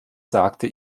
sagte